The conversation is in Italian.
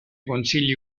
consigli